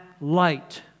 light